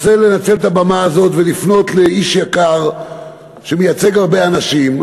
רוצה לנצל את הבמה הזאת ולפנות לאיש יקר שמייצג הרבה אנשים,